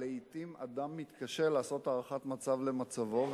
לעתים אדם מתקשה לעשות הערכת מצב של מצבו,